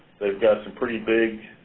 they've got some pretty big